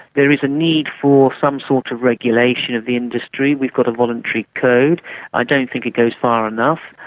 there is a need for some sort of regulation of the industry, we've got a voluntary code and i don't think it goes far enough.